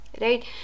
right